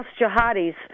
jihadis